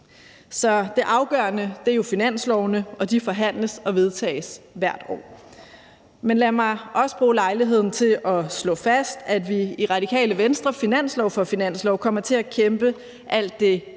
Så det afgørende er jo finanslovene, og de forhandles og vedtages hvert år. Men lad mig også bruge lejligheden til at slå fast, at vi i Radikale Venstre – finanslov for finanslov – kommer til at kæmpe, alt det vi